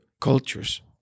cultures